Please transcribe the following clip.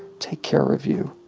take care of you.